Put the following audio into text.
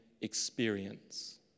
experience